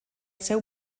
seu